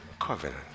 covenant